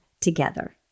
together